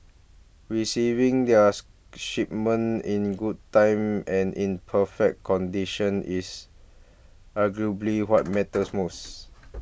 receiving their shipment in good time and in perfect condition is arguably what matters most